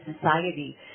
society